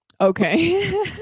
Okay